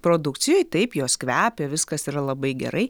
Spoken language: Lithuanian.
produkcijoj taip jos kvepia viskas yra labai gerai